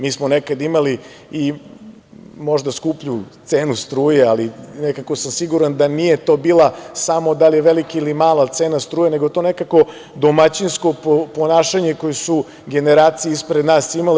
Mi smo nekad imali i možda skuplju cenu struje, ali nekako sam siguran da nije to bila samo da li je velika ili mala cena struje, nego to nekako domaćinsko ponašanje koje su generacije ispred nas imale.